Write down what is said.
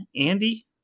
Andy